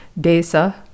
desa